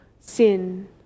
sin